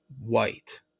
White